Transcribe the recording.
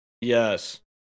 Yes